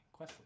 Questly